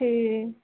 ठीक